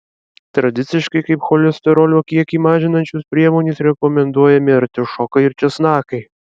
tradiciškai kaip cholesterolio kiekį mažinančios priemonės rekomenduojami artišokai ir česnakai